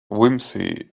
whimsy